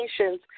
nations